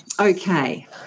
Okay